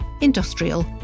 industrial